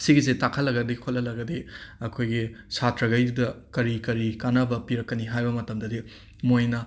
ꯁꯤꯒꯤꯁꯦ ꯇꯥꯛꯍꯜꯂꯒꯗꯤ ꯈꯣꯠꯍꯜꯂꯒꯗꯤ ꯑꯩꯈꯣꯏꯒꯤ ꯁꯥꯇ꯭ꯔꯈꯩꯗꯨꯗ ꯀꯔꯤ ꯀꯔꯤ ꯀꯥꯟꯅꯕ ꯄꯤꯔꯛꯀꯅꯤ ꯍꯥꯏꯕ ꯃꯇꯝꯗꯗꯤ ꯃꯣꯏꯅ